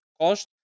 cost